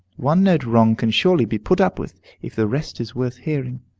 one note wrong can surely be put up with, if the rest is worth hearing.